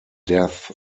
death